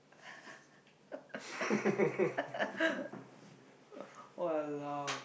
!walao!